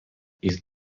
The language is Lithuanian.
jis